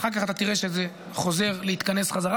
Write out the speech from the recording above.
אחר כך אתה תראה שזה חוזר להתכנס בחזרה.